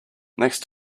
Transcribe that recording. next